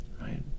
right